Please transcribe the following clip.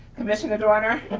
commissioner doerner.